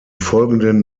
folgenden